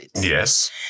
Yes